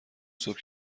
صبح